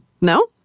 No